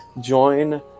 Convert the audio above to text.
join